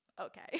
Okay